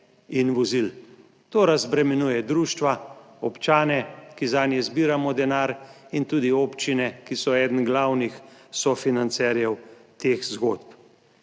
in vozil. To razbremenjuje društva, občane, ki zanje zbiramo denar in tudi občine, ki so eden glavnih sofinancerjev teh zgodb.